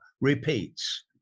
repeats